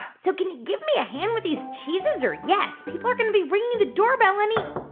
so can you give me a hand with these cheeses or yes? people are going to be ringing the doorbell any.